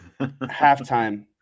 Halftime